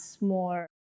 more